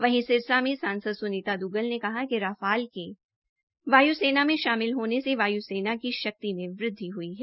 वहीं सिरसा में सांसद सुनीता दुग्गल ने कहा कि राफाल के वायुसेना में शामिल होने से वायुसेना की शक्ति में वृद्वि हुई है